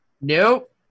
Nope